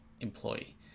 employee